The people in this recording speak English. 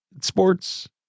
Sports